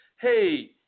hey